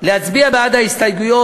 להצביע בעד ההסתייגויות,